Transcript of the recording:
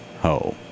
ho